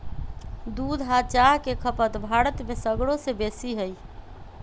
दूध आ चाह के खपत भारत में सगरो से बेशी हइ